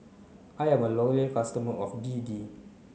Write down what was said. I am a loyal customer of B D